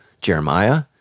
Jeremiah